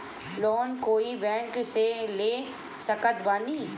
Loan कोई bank से ले सकत बानी?